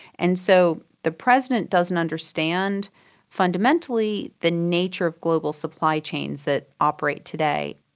and so the president doesn't understand fundamentally the nature of global supply chains that operate today.